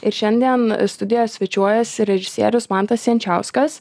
ir šiandien studijoje svečiuojasi režisierius mantas jančiauskas